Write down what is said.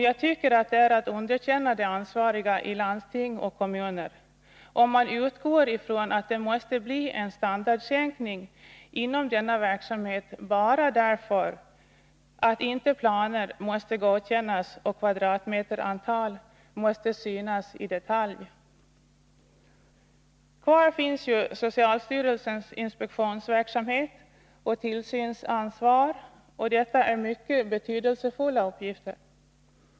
Jag tycker att det är att underkänna de ansvariga i landsting och kommuner, om man utgår ifrån att det måste bli en standardsänkning inom denna verksamhet, bara därför att inte planer måste godkännas och kvadratmeterantal synas i detalj. Kvar finns ju socialstyrelsens inspektionsverksamhet och tillsynsansvar, och det är mycket betydelsefulla uppgifter.